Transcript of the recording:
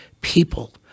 people